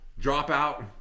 dropout